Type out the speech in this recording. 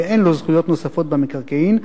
ואין לו זכויות נוספות במקרקעין,